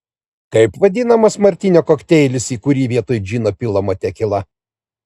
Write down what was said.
kaip vadinamas martinio kokteilis į kurį vietoj džino pilama tekila